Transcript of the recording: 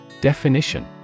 Definition